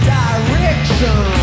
direction